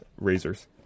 razors